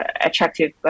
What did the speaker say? attractive